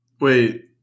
Wait